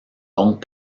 donc